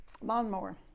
lawnmower